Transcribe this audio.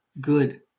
good